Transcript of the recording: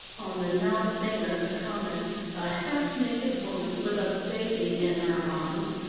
on the now famous common a half-naked woman, with a baby in her arms,